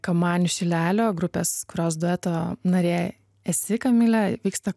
kamanių šilelio grupės kurios dueto narė esi kamile vyksta